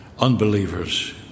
unbelievers